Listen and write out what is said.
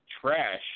trash